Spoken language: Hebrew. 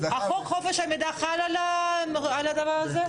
חוק חופש המידע חל על הדבר הזה?